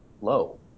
Low